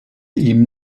ihm